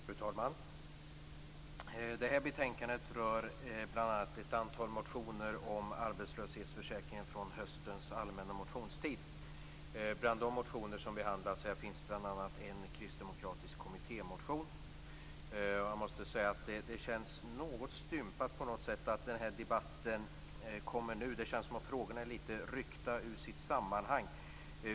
Fru talman! Det här betänkandet rör bl.a. ett antal motioner om arbetslöshetsförsäkringen från höstens allmänna motionstid. Bland de motioner som behandlas finns bl.a. en kristdemokratisk kommittémotion. Det känns något stympat att den här debatten kommer nu. Det känns som om frågorna är litet ryckta ur sitt sammanhang.